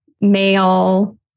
male